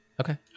Okay